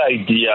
idea